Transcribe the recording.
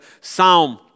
Psalm